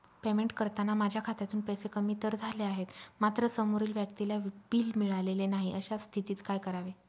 Payment करताना माझ्या खात्यातून पैसे कमी तर झाले आहेत मात्र समोरील व्यक्तीला बिल मिळालेले नाही, अशा स्थितीत काय करावे?